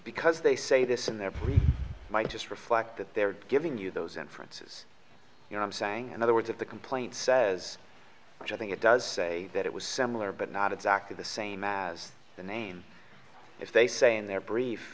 because they say this in there might just reflect that they're giving you those inferences you know i'm saying another words of the complaint says which i think it does say that it was similar but not exactly the same as the name if they say in their brief